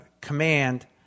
command